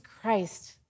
Christ